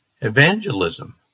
Evangelism